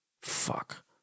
Fuck